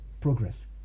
progress